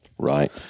Right